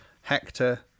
Hector